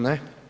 Ne.